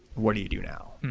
what do you do now?